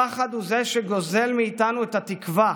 הפחד הוא זה שגוזל מאיתנו את התקווה.